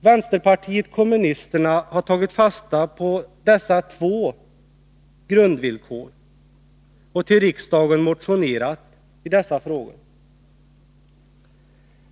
Vänsterpartiet kommunisterna har tagit fasta på dessa två grundvillkor och till riksdagen motionerat i dessa frågor.